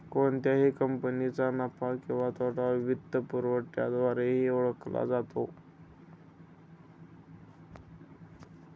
कोणत्याही कंपनीचा नफा किंवा तोटा वित्तपुरवठ्याद्वारेही ओळखला जातो